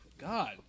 God